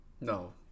No